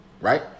Right